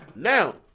Now